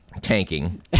tanking